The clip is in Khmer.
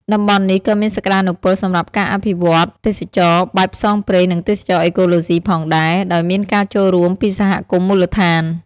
តំបន់នេះក៏មានសក្តានុពលសម្រាប់ការអភិវឌ្ឍទេសចរណ៍បែបផ្សងព្រេង និងទេសចរណ៍អេកូឡូស៊ីផងដែរ ដោយមានការចូលរួមពីសហគមន៍មូលដ្ឋាន។